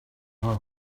her